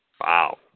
Wow